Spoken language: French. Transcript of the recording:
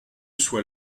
soit